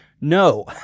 No